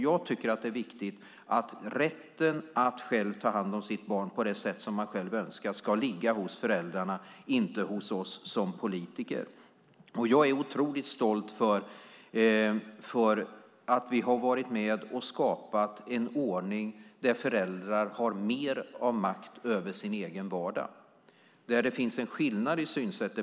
Jag tycker att det är viktigt att rätten att själv ta hand om sitt barn på det sätt som man själv önskar ska ligga hos föräldrarna, inte hos oss som politiker. Och jag är otroligt stolt över att vi har varit med och skapat en ordning där föräldrar har mer av makt över sin egen vardag. Där finns det en skillnad i synsätt.